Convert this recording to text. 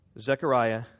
Zechariah